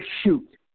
shoot